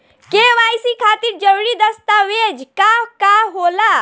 KYC खातिर जरूरी दस्तावेज का का होला?